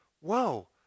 whoa